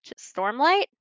stormlight